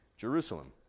Jerusalem